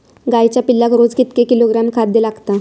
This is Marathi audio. गाईच्या पिल्लाक रोज कितके किलोग्रॅम खाद्य लागता?